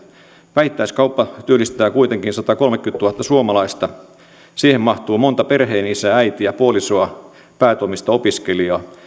vähittäiskauppa työllistää kuitenkin satakolmekymmentätuhatta suomalaista siihen mahtuu monta perheenisää äitiä puolisoa päätoimista opiskelijaa